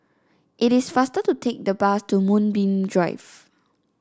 it is faster to take the bus to Moonbeam Drive